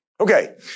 Okay